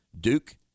Duke